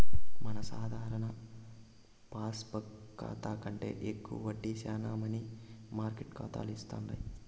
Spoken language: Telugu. మన సాధారణ పాస్బుక్ కాతా కంటే ఎక్కువ వడ్డీ శానా మనీ మార్కెట్ కాతాలు ఇస్తుండాయి